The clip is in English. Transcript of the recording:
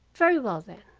very well, then,